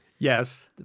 Yes